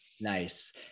Nice